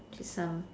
just some